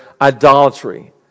idolatry